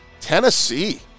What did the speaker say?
Tennessee